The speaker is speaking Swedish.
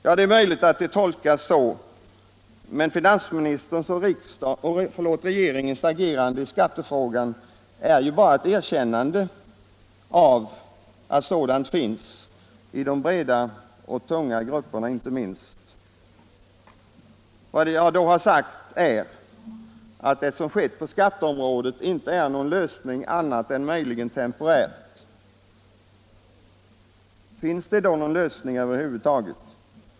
Ja, det är möjligt att det tolkas så, men finansministerns och regeringens agerande i skattefrågan är ju bara ett erkännande av att sådant missnöje finns, inte minst bland de breda och tunga grupperna. Vad jag har sagt är att det som skett på skatteområdet inte är någon lösning annat än möjligen temporärt. Finns det då någon lösning över huvud taget?